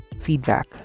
feedback